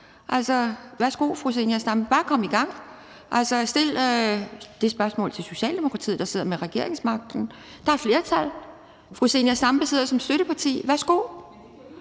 Altså, værsgo, fru Zenia Stampe, bare kom i gang. Altså, stil det spørgsmål til Socialdemokratiet, der sidder med regeringsmagten. De har flertal. Fru Zenia Stampe sidder som støtteparti. Værsgo